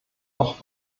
noch